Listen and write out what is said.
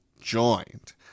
joined